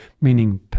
meaning